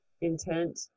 intent